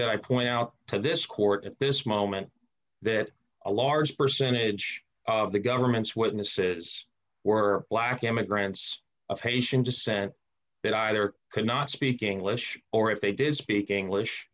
that i point out to this court at this moment that a large percentage of the government's witnesses were black immigrants of haitian descent that either cannot speak english or if they did speak english